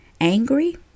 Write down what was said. angry